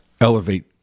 elevate